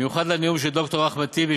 במיוחד לנאום של ד"ר אחמד טיבי,